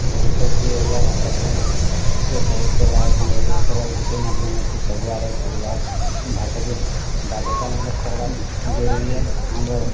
ଭବିଷ୍ୟତରେ ଓଡ଼ିଆ ଭାଷାକୁ ପ୍ରୋତ୍ସାହିତ କର୍ବା ଆଉ ସଂରକ୍ଷିତ୍ କର୍ବା ଗୁଟେ ମାଧ୍ୟମ ଅଛେ ସବୁଆଡ଼େ ଓଡ଼ିଆ ଭାଷାକେ ବାଧ୍ୟତା ମୂଲକ୍ କର୍ବାର୍ ଜରୁରୀ ଏ ଆମର୍